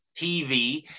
TV